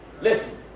Listen